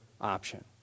option